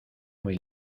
muy